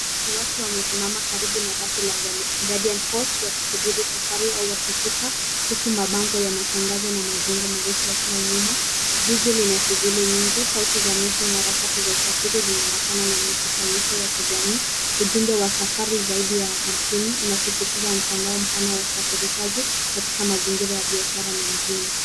Watu wamesimama karibu na basi la, guardian coach, wakisubiri safari au wakishuka huku mabango ya matangazo na majengo marefu yakiwa nyuma. Jiji lina shughuli nyingi. Sauti za miti na harakati za usafiri zinaambatana na mkusanyiko ya kijamii. Ujumbe wa safari zaidi ya hamsini unasisitiza mtandao mpana wa usafirishaji katika mazingira ya biashara na mjini.